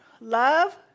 Love